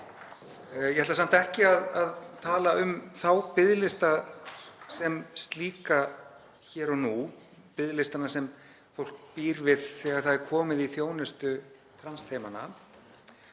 Ég ætla samt ekki að tala um þá biðlista sem slíka hér og nú, biðlistana sem fólk býr við þegar það er komið í þjónustu transteymanna,